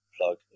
plug